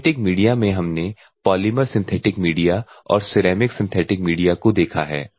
synthetic media में हमने polymer synthetic media और सिरेमिक सिंथेटिक मीडिया को देखा है